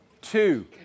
two